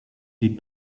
les